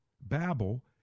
Babel